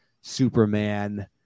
Superman